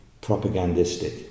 propagandistic